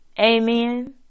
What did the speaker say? Amen